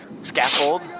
scaffold